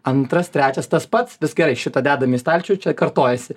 antras trečias tas pats vis gerai šitą dedam į stalčių čia kartojasi